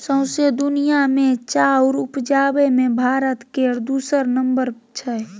सौंसे दुनिया मे चाउर उपजाबे मे भारत केर दोसर नम्बर छै